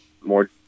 more